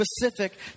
specific